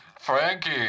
Frankie